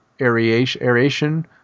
aeration